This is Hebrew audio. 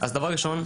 אז דבר ראשון,